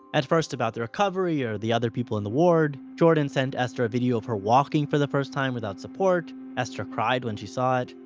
at first about the recovery, or the other people in the ward. jordan sent esther a video of her walking for the first time without support. esther cried when she saw it.